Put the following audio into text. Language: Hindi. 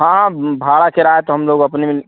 हाँ भाड़ा किराया तो हम लोग अपने में